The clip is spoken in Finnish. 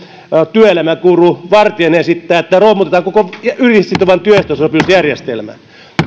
työelämäguru vartiainen esittää että romutetaan koko ylisitova työehtosopimusjärjestelmä